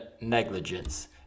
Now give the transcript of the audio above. negligence